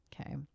Okay